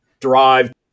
drive